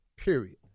Period